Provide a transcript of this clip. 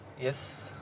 Yes